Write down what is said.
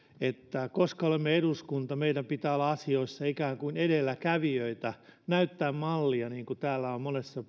että koska olemme eduskunta meidän pitää olla asioissa ikään kuin edelläkävijöitä näyttää mallia niin kuin täällä on monessa